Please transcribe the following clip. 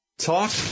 talk